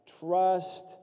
Trust